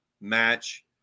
match